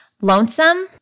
Lonesome